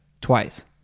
Twice